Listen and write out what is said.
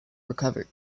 recovered